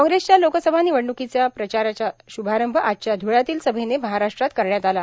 कॉग्रेसच्या लोकसभा निवडण्कांचा प्रचाराचा श्भारंभ आजच्या ध्वळ्यातील सभेने महाराष्ट्रत करण्यात आला